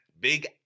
big